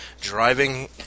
driving